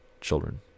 children